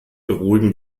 beruhigen